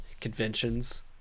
conventions